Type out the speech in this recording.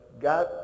God